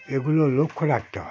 এগুলো লক্ষ্য রাখতে হয়